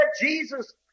Jesus